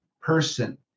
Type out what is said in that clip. person